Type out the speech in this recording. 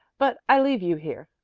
but i leave you here.